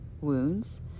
wounds